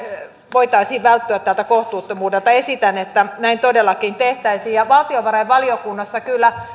voitaisiin välttyä tältä kohtuuttomuudelta esitän että näin todellakin tehtäisiin valtiovarainvaliokunnassa kyllä